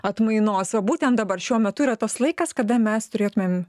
atmainos o būtent dabar šiuo metu yra tas laikas kada mes turėtumėm